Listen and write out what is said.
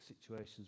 situations